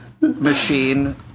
machine